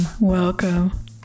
Welcome